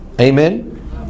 Amen